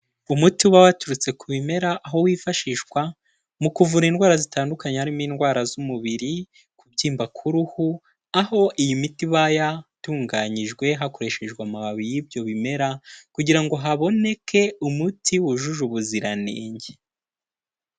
Umuti uba waturutse ku bimera aho wifashishwa, mu kuvura indwara zitandukanye harimo indwara z'umubiri, kubyimba k'uruhu, aho iyi miti iba yatunganyijwe hakoreshejwe amababi y'ibyo bimera kugira ngo haboneke umuti wujuje ubuziranenge.